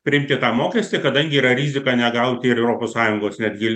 priimti tą mokestį kadangi yra rizika negauti ir europos sąjungos netgi